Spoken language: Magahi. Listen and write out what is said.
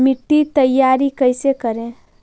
मिट्टी तैयारी कैसे करें?